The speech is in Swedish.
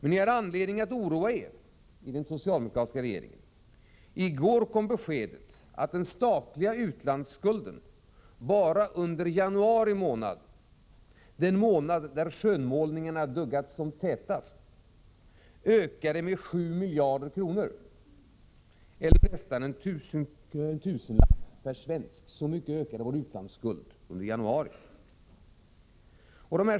Ni har anledning att oroa er i den socialdemokratiska regeringen. I går kom beskedet att den statliga utlandsskulden bara under januari månad — den månad då skönmålningarna duggat som tätast — ökade med 7 miljarder kronor, eller nästan en tusenlapp per svensk.